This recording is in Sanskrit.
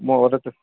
मम वदतु